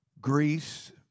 Greece